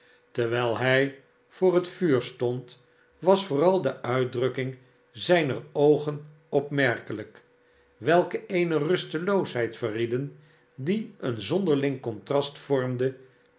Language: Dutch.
terwijl hij voor het vuur stond was vooral de uitdrukking zijner oogen opmerkelijk welke eene rusteloosheid verrieden die een zonderling contrast vormde